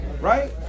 right